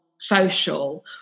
social